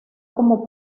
como